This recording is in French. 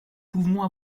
pouvons